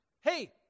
Hey